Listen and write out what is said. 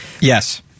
Yes